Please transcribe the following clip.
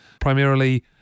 primarily